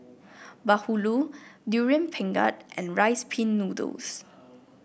bahulu Durian Pengat and Rice Pin Noodles